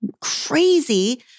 crazy